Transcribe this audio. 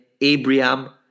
Abraham